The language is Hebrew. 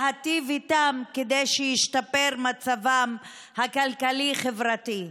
להיטיב איתם כדי שמצבם הכלכלי-חברתי ישתפר.